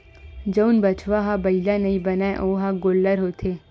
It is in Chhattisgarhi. जउन बछवा ह बइला नइ बनय ओ ह गोल्लर होथे